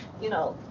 you know,